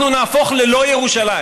אנחנו נהפוך ללא-ירושלים